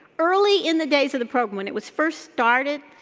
early in the days of the program when it was first started,